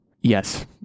yes